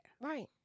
Right